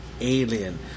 alien